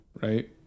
right